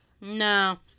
No